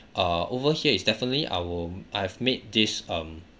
uh over here is definitely I will I've made this um